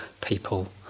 people